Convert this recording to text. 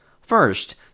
First